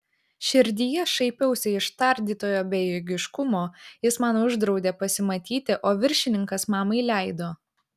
širdyje šaipiausi iš tardytojo bejėgiškumo jis man uždraudė pasimatyti o viršininkas mamai leido